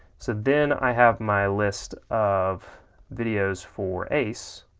so then i have my list of videos for ace